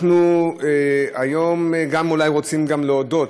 אנחנו רוצים גם להודות,